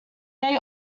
they